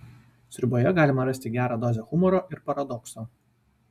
sriuboje galima rasti gerą dozę humoro ir paradokso